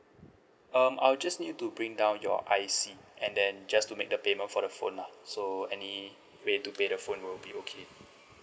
um I'll just need you to bring down your I_C and then just to make the payment for the phone lah so any way to pay the phone will be okay